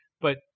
but-